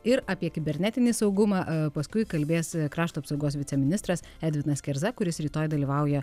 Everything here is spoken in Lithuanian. ir apie kibernetinį saugumą a paskui kalbės krašto apsaugos viceministras edvinas kerza kuris rytoj dalyvauja